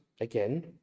again